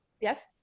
Yes